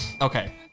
Okay